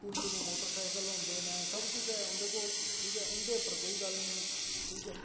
तिन तिन मोटरसाइकल होंदे ना सब कुछ है उं'दे कोल ठीक ऐ उं'दे उप्पर कोई गल्ल नेईं ठीक ऐ